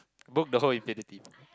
book the whole infinity